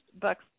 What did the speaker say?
books